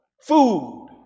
food